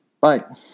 Bye